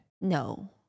No